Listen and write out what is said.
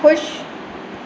ख़ुशि